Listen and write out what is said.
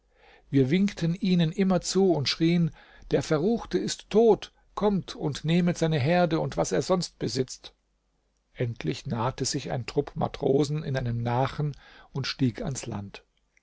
wir winkten ihnen immerzu und schrieen der verruchte ist tot kommt und nehmet seine herde und was er sonst besitzt endlich nahte sich ein trupp matrosen in einem nachen und stieg ans land